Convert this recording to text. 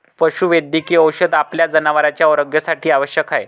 पशुवैद्यकीय औषध आपल्या जनावरांच्या आरोग्यासाठी आवश्यक आहे